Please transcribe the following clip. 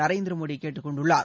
நரேந்திர மோடி கேட்டுக் கொண்டுள்ளார்